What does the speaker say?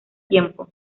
tiempo